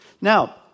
Now